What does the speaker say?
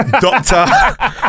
doctor